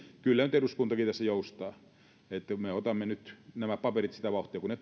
kyllä nyt eduskuntakin tässä joustaa me otamme nyt nämä paperit sitä vauhtia kuin ne